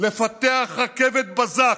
לפתח רכבת בזק,